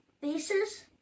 faces